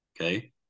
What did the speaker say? Okay